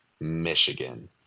Michigan